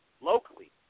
locally